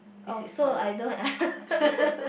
oh so I don't